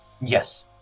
Yes